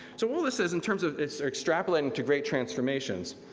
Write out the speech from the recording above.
so all this is in terms of its extrapolating to great transformations.